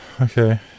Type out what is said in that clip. Okay